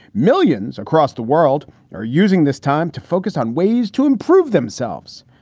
millions across the world are using this time to focus on ways to improve themselves.